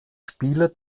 spieler